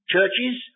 Churches